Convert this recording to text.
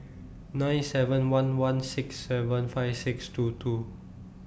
nine seven one one six seven five six two two